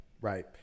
right